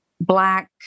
Black